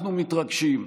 אנחנו מתרגשים,